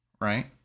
right